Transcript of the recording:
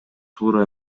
туура